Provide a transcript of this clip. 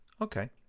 Okay